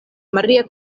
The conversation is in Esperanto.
maria